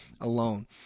alone